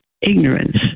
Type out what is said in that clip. ignorance